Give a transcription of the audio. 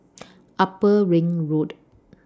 Upper Ring Road